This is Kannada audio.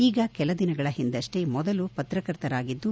ಈಗ ಕೆಲ ದಿನಗಳ ಹಿಂದಷ್ಟೇ ಮೊದಲು ಪತ್ರಕರ್ತರಾಗಿದ್ದು